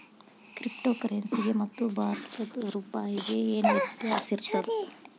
Crypto ಕರೆನ್ಸಿಗೆ ಮತ್ತ ಭಾರತದ್ ರೂಪಾಯಿಗೆ ಏನ್ ವ್ಯತ್ಯಾಸಿರ್ತದ?